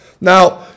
now